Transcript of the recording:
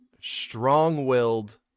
strong-willed